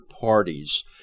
parties